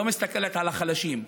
לא מסתכלת על החלשים.